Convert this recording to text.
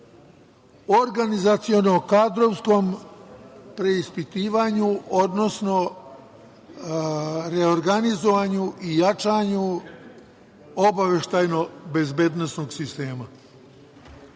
organizaciono-kadrovskom preispitivanju, odnosno reorganizovanju i jačanju obaveštajno-bezbednosnog sistema. Pitanje